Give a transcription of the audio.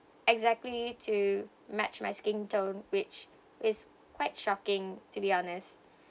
exactly to match my skin tone which is quite shocking to be honest